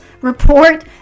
report